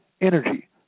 energy